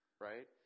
right